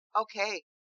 Okay